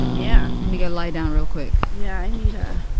yeah. let me go lie down real quick. yeah. i need a